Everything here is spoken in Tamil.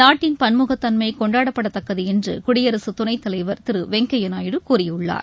நாட்டின் பன்முகத்தன்ம கொண்டாடப்படத்தக்கது என்று குடியரசு துணைத் தலைவர் திரு வெங்கய்ய நாயுடு கூறியுள்ளார்